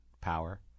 power